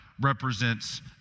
represents